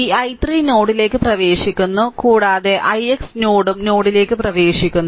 ഈ i3 നോഡിലേക്ക് പ്രവേശിക്കുന്നു കൂടാതെ ix നോഡും നോഡിലേക്ക് പ്രവേശിക്കുന്നു